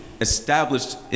established